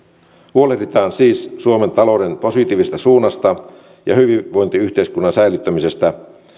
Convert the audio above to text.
huolehditaan siis suomen talouden positiivisesta suunnasta ja hyvinvointiyhteiskunnan säilyttämisestä